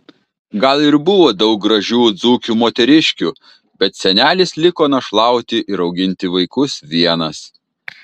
gal ir buvo daug gražių dzūkių moteriškių bet senelis liko našlauti ir auginti vaikus vienas